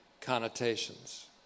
connotations